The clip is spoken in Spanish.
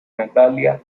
natalia